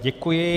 Děkuji.